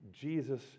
Jesus